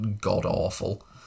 god-awful